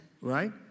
Right